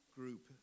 group